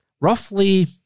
roughly